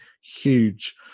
huge